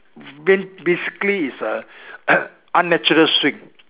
ba~ basically is a unnatural swing